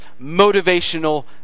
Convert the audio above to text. motivational